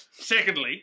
Secondly